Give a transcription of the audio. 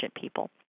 people